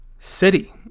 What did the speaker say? City